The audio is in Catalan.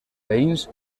veïns